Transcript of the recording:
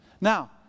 Now